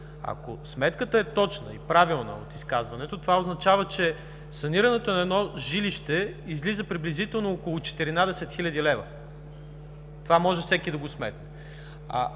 Ако сметката е точна и правилна в изказването Ви, това означава, че санирането на едно жилище излиза приблизително около 14 хил. лв. Това всеки може да го сметне.